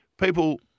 people